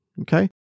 okay